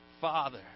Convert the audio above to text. father